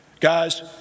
Guys